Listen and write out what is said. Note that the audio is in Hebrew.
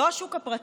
לא השוק הפרטי.